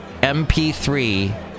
MP3